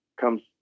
comes